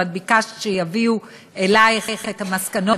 ואת ביקשת שיביאו אלייך את המסקנות,